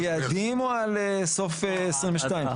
על יעדים או כל סוף 2022?